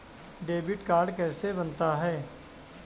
Debit card कैसे बनता है?